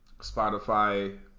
Spotify